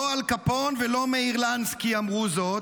לא אל קפון ולא מאיר לנסקי אמרו זאת,